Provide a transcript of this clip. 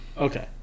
Okay